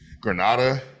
Granada